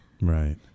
right